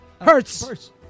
Hurts